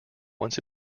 once